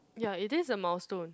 ya it is a milestone